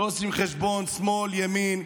אצלנו לא עושים חשבון של שמאל וימין.